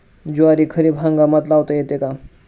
ज्वारी खरीप हंगामात लावता येते का?